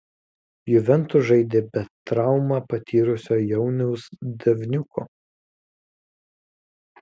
juventus žaidė be traumą patyrusio jauniaus davniuko